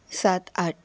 सात आठ